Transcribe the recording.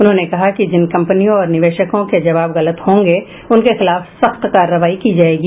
उन्होंने कहा कि जिन कंपनियों और निवेशकों के जबाव गलत होंगे उनके खिलाफ सख्त कार्रवाई की जायेगी